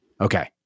Okay